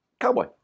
cowboy